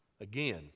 again